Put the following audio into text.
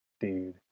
Dude